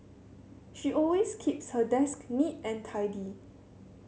she always keeps her desk neat and tidy